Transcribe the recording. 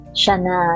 shana